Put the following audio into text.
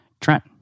Trent